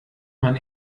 man